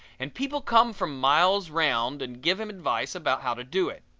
and people come from miles round and give him advice about how to do it.